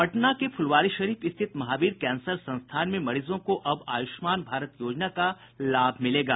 पटना के फुलवारीशरीफ स्थित महावीर कैंसर संस्थान में मरीजों को अब आयुष्मान भारत योजना का लाभ मिलेगा